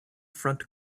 front